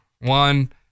One